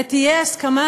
ותהיה הסכמה,